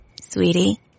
Sweetie